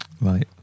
Right